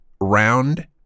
round